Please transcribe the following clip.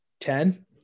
Ten